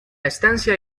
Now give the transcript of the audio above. estancia